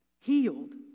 healed